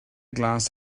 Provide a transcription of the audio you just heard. glas